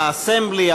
ה-Assembly,